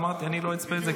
ואמרתי: אני לא אצפה בזה,